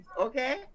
Okay